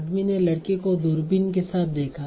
आदमी ने लड़के को दूरबीन के साथ देखा